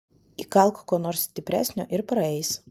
įkalk ko nors stipresnio ir praeis